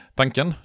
tanken